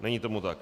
Není tomu tak.